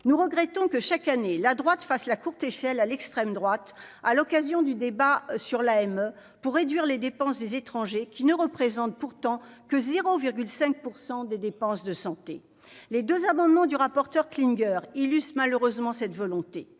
nous regrettons que chaque année, la droite fasse la courte échelle à l'extrême droite à l'occasion du débat sur la M pour réduire les dépenses des étrangers qui ne représente pourtant que 0 5 % des dépenses de santé, les 2 amendements du rapporteur Klinger illustrent malheureusement cette volonté